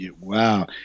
Wow